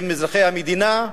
הם אזרחי המדינה,